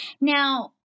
Now